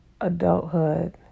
adulthood